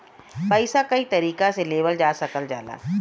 पइसा कई तरीका से लेवल जा सकल जाला